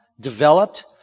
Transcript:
developed